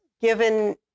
given